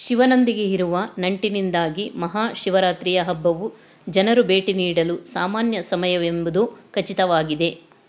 ಶಿವನೊಂದಿಗೆ ಇರುವ ನಂಟಿನಿಂದಾಗಿ ಮಹಾ ಶಿವರಾತ್ರಿಯ ಹಬ್ಬವು ಜನರು ಭೇಟಿ ನೀಡಲು ಸಾಮಾನ್ಯ ಸಮಯವೆಂಬುದು ಖಚಿತವಾಗಿದೆ